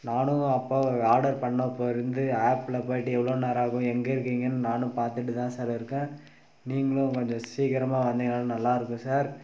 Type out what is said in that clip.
நானும் அப்பவும் ஆர்டர் பண்ணப்போலேருந்து ஆப்பில் போய்ட்டு எவ்வளோ நேரம் ஆகும் எங்கே இருக்கீங்கன்னு நானும் பார்த்துட்டு தான் சார் இருக்கேன் நீங்களும் கொஞ்சம் சீக்கிரமாக வந்தீங்கன்னா நல்லாயிருக்கும் சார்